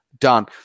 done